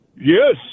Yes